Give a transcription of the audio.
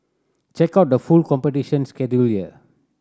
check out the full competition schedule here